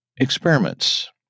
experiments